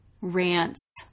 rants